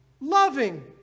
loving